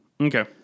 okay